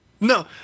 No